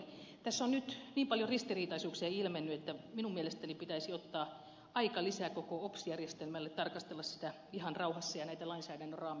tässä on nyt niin paljon ristiriitaisuuksia ilmennyt että minun mielestäni pitäisi ottaa aikalisä koko ops järjestelmälle ja tarkastella sitä ja näitä lainsäädännön raameja ihan rauhassa